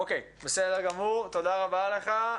אוקיי, תודה רבה לך.